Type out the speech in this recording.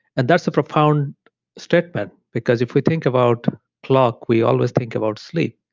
and that's a profound statement because, if we think about clock, we always think about sleep,